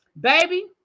Baby